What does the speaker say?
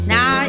Now